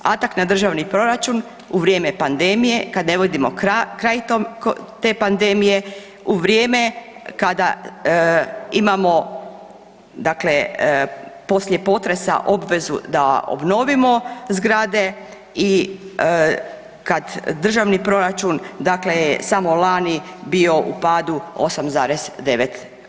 Atak na državni proračun u vrijeme pandemije kad ne vidimo kraj te pandemije, u vrijeme kada imamo dakle poslije potresa obvezu da obnovimo zgrade i kad državni proračun dakle je samo lani bio u padu 8,9%